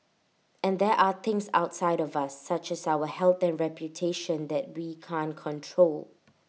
and there are things outside of us such as our health and reputation that we can't control